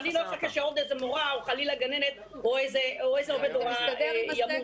אני לא אחכה שעוד איזה מורה או חלילה גננת או איזה עובד הוראה ימות,